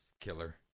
killer